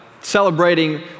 celebrating